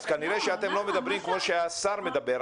אז כנראה שאתם לא מדברים כמו שהשר מדבר.